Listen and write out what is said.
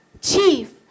Chief